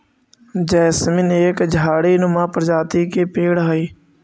jasmine एक झाड़ी नुमा प्रजाति के पेड़ हई